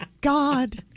God